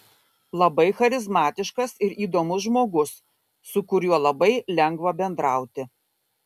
labai charizmatiškas ir įdomus žmogus su kuriuo labai lengva bendrauti